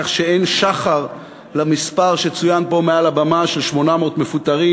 כך שאין שחר למספר שצוין פה מעל הבמה של 800 מפוטרים,